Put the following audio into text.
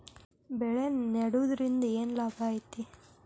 ಬೆಳೆ ನೆಡುದ್ರಿಂದ ಏನ್ ಲಾಭ ಐತಿ?